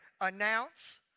Announce